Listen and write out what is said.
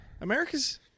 America's